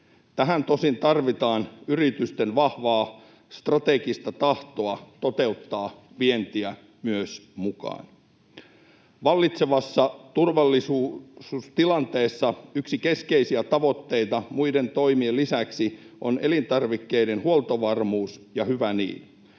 Tähän tosin tarvitaan yritysten vahvaa strategista tahtoa toteuttaa vientiä myös mukaan. Vallitsevassa turvallisuustilanteessa yksi keskeisiä tavoitteita muiden toimien lisäksi on elintarvikkeiden huoltovarmuus, ja hyvä niin.